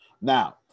Now